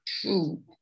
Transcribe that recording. true